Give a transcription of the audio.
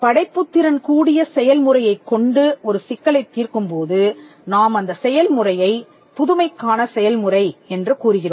படைப்புத் திறன் கூடிய செயல் முறையைக் கொண்டு ஒரு சிக்கலைத் தீர்க்கும் போது நாம் அந்த செயல்முறையை புதுமைக்கான செயல்முறை என்று கூறுகிறோம்